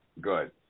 Good